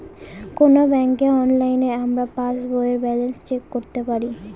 কোনো ব্যাঙ্কে অনলাইনে আমরা পাস বইয়ের ব্যালান্স চেক করতে পারি